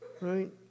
Right